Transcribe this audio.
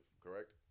correct